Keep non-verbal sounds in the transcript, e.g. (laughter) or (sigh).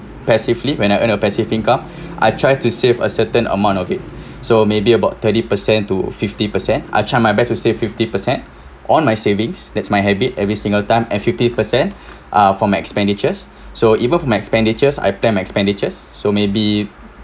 passively when I earn a passive income (breath) I try to save a certain amount of it (breath) so maybe about thirty percent to fifty percent I try my best to save fifty percent on my savings that's my habit every single time and fifty percent (breath) ah from expenditures so even from expenditures I planned expenditures so maybe